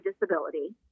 disability